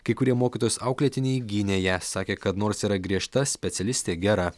kai kurie mokytojos auklėtiniai gynė ją sakė kad nors yra griežta specialistė gera